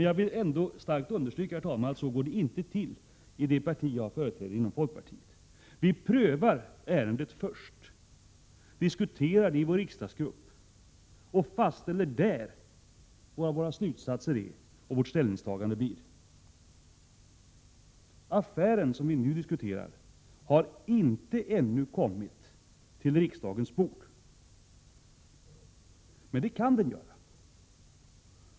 Jag vill starkt understryka, herr talman, att så går det inte till i det parti jag företräder, folkpartiet. Vi prövar ärendet först, diskuterar det i vår riksdagsgrupp och fastställer där våra slutsatser och vårt ställningstagande. Den affär som vi nu diskuterar har ännu inte kommit på riksdagens bord. Men det kan den göra.